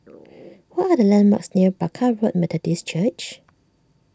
what are the landmarks near Barker Road Methodist Church